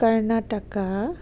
Karnataka